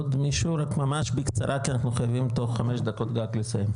עוד מישהו רק ממש בקצרה כי אנחנו חייבים תוך חמש דקות גג לסיים.